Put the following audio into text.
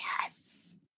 yes